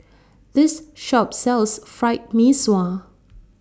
This Shop sells Fried Mee Sua